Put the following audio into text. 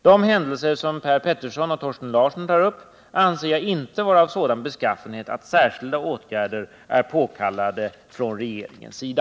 De händelser som Per Petersson och Thorsten Larsson tar upp anser jag inte vara av sådan beskaffenhet att särskilda åtgärder är påkallade från regeringens sida.